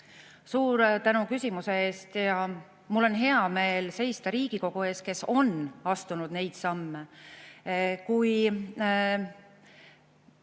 Suur tänu küsimuse eest! Mul on hea meel seista Riigikogu ees, kes on astunud neid samme.